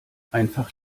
einfach